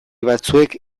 batzuek